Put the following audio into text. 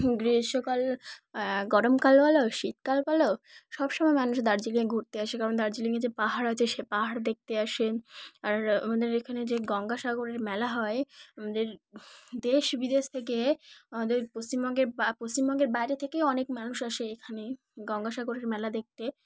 গ্রীষ্মকাল গরমকাল বলো শীতকাল বালো সবসময় মানুষ দার্জিলিংয়ে ঘুরতে আসে কারণ দার্জিলিংয়ে যে পাহাড় আছে সে পাহাড় দেখতে আসে আর আমাদের এখানে যে গঙ্গাসাগরের মেলা হয় আমাদের দেশ বিদেশ থেকে আমাদের পশ্চিমবঙ্গের পশ্চিমবঙ্গের বাইরে থেকেই অনেক মানুষ আসে এখানে গঙ্গাসাগরের মেলা দেখতে